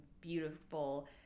beautiful